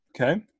Okay